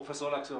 פרופ' לקסר,